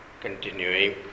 continuing